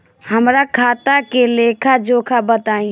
हमरा खाता के लेखा जोखा बताई?